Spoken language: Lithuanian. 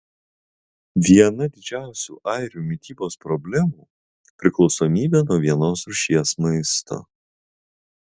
viena didžiausių airių mitybos problemų priklausomybė nuo vienos rūšies maisto